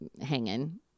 hanging